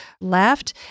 left